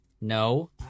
No